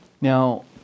Now